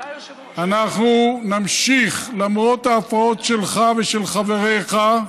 אנחנו נמשיך, למרות ההפרעות שלך ושל חבריך,